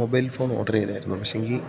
mobile phone order ചെയ്തായിരുന്നു പക്ഷേങ്കിൽ